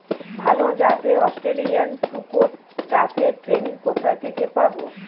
ভালো জাতে অস্ট্রেলিয়ান শুকর চাষের ট্রেনিং কোথা থেকে পাব?